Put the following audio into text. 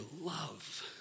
love